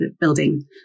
building